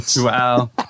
Wow